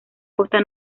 costa